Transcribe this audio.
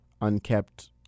unkept